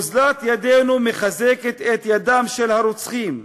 אוזלת ידנו מחזקת את ידם של הרוצחים.